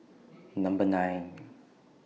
Number nine